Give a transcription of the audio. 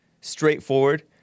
straightforward